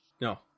No